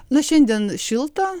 na šiandien šilta